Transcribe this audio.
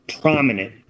prominent